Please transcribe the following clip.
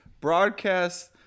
broadcast